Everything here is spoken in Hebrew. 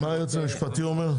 מה היועץ המשפטי אומר?